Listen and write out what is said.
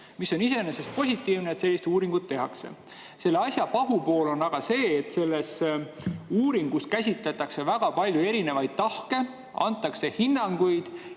Iseenesest on positiivne, et sellist uuringut tehakse. Selle asja pahupool on aga see, et selles uuringus käsitletakse väga palju erinevaid tahke, antakse hinnanguid